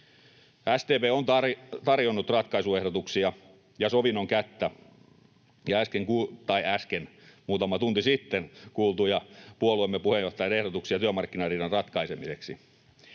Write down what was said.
SDP on tarjonnut ratkaisuehdotuksia ja sovinnon kättä, ja äsken kuulin — tai ei äsken, muutama tunti sitten kuultiin — puolueemme puheenjohtajan ehdotuksia työmarkkinariidan ratkaisemiseksi.